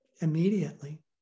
immediately